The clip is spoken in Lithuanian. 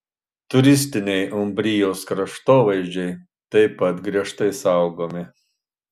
turistiniai umbrijos kraštovaizdžiai taip pat griežtai saugomi